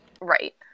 right